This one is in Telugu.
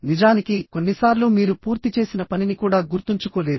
నిజానికి కొన్నిసార్లు మీరు పూర్తి చేసిన పనిని కూడా గుర్తుంచుకోలేరు